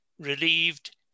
relieved